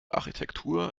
architektur